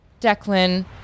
Declan